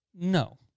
No